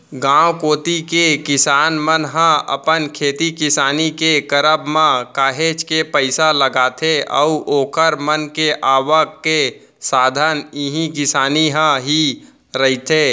गांव कोती के किसान मन ह अपन खेती किसानी के करब म काहेच के पइसा लगाथे अऊ ओखर मन के आवक के साधन इही किसानी ह ही रहिथे